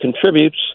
contributes